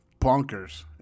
bonkers